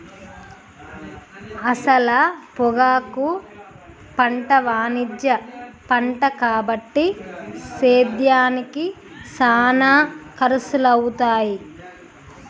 అసల పొగాకు పంట వాణిజ్య పంట కాబట్టి సేద్యానికి సానా ఖర్సులవుతాయి